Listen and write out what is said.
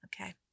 okay